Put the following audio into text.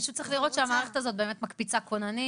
מישהו צריך לראות שהמערכת הזאת באמת מקפיצה כוננים.